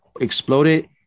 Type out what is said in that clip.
exploded